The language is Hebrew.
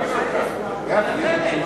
גפני,